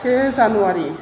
से जानुवारि